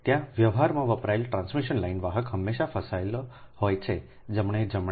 તેથી વ્યવહારમાં વપરાયેલ ટ્રાન્સમિશન લાઇન વાહક હંમેશાં ફસાયેલા હોય છે જમણે જમણે